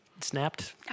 Snapped